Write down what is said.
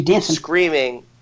screaming